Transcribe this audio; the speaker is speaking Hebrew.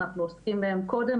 אנחנו עוסקים בהן קודם,